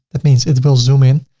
that means it will zoom in,